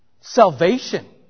salvation